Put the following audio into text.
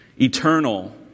eternal